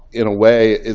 in a way,